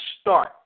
start